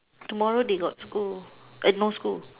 tomorrow they got school eh no school